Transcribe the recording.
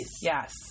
Yes